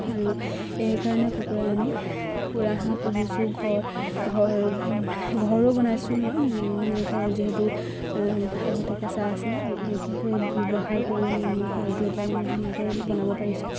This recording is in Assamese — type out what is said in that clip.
আৰু এইকাৰণে কুকুৰা আমি কুকুৰা হাঁহ পুহিছোঁ ঘৰ ঘৰ ঘৰো বনাইছোঁ মই মোৰ ঘৰ যিহেতু আগতে কেঁচা আছিলে আৰু একো ব্যৱসায় কৰিয়ে মই মোৰ ঘৰটো এতিয়া মই ধুনীয়াকৈ বনাব পাৰিছোঁ